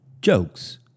Jokes